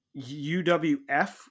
UWF